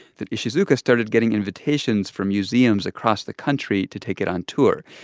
that ishizuka started getting invitations from museums across the country to take it on tour.